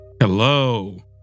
Hello